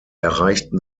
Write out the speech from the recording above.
erreichten